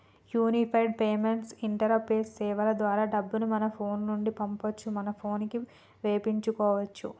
unified payments interface సేవల ద్వారా డబ్బులు మన ఫోను నుండి పంపొచ్చు మన పోనుకి వేపించుకోచ్చు